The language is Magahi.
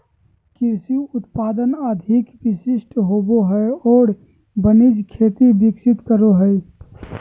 कृषि उत्पादन अधिक विशिष्ट होबो हइ और वाणिज्यिक खेती विकसित करो हइ